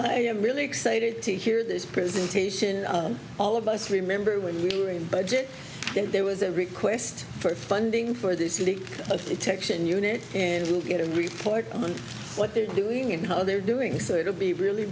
am really excited to hear this presentation all of us remember when we were in budget that there was a request for funding for this leak of the texan unit and you'll get a report on what they're doing and how they're doing so it'll be really